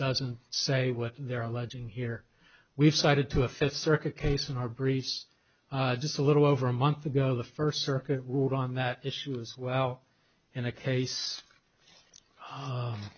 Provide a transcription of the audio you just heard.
doesn't say what they're alleging here we've cited to a fifth circuit case in our briefs just a little over a month ago the first circuit ruled on that issue as well in a case